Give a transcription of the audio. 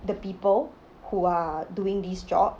the people who are doing these jobs